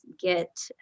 get